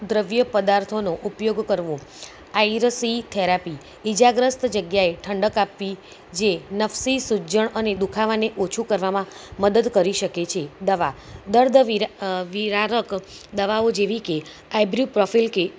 દ્રવ્ય પદાર્થોનો ઉપયોગ કરવો આયરસી થેરાપી ઇજાગ્રસ્ત જગ્યાએ ઠંડક આપવી જે નફસી સુજન અને દુખાવાને ઓછું કરવામાં મદદ કરી શકે છે દવા દર્દ વિરારત દવાઓ જેવી કે આઇબ્રો પ્રોફાઈલ કી